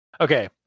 Okay